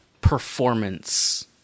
performance